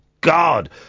God